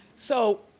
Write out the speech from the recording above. so,